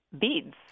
Beads